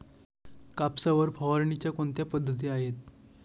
कापसावर फवारणीच्या कोणत्या पद्धती आहेत?